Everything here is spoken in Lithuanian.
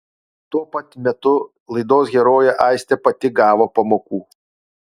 tuo pat metu laidos herojė aistė pati gavo pamokų